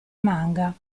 manga